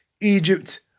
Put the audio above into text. Egypt